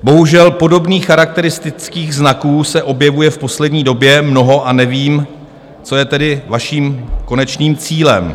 Bohužel, podobných charakteristických znaků se objevuje v poslední době mnoho a nevím, co je tedy vaším konečným cílem.